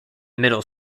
middle